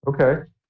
okay